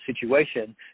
situation